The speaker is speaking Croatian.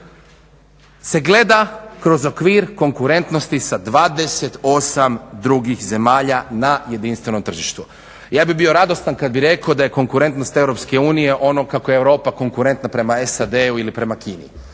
se gleda kroz okvir konkurentnosti sa 28 drugih zemalja na jedinstvenom tržištu. Ja bi bio radostan kada bih rekao da je konkurentnost EU ono kako je Europa konkurentna prema SAD-u ili prema Kini.